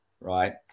Right